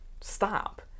stop